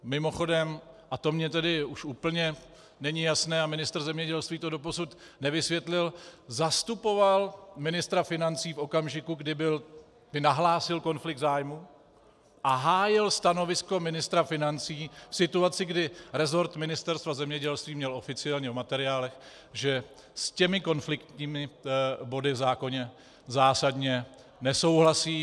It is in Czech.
Mimochodem, a to mě tedy už úplně není jasné a ministr zemědělství to doposud nevysvětlil, zastupoval ministra financí v okamžiku, kdy nahlásil konflikt zájmů a hájil stanovisko ministra financí v situaci, kdy resort Ministra zemědělství měl oficiálně v materiálech, že s těmi konfliktními body v zákoně zásadně nesouhlasí.